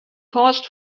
paused